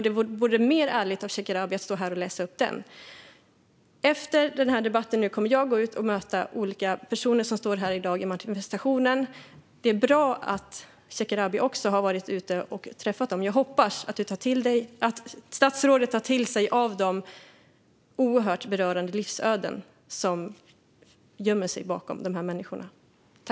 Det vore mer ärligt av Shekarabi att stå här och läsa upp det. Efter debatten här kommer jag att gå ut och möta olika personer som står här i dag i manifestationen. Det är bra att Shekarabi också har varit ute och träffat dem. Jag hoppas att statsrådet tar till sig av de oerhört berörande livsöden som gömmer sig bakom de här människorna.